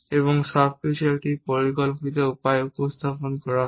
এবং সবকিছু একটি পরিকল্পিত উপায়ে উপস্থাপন করা হয়